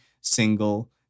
single